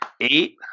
Eight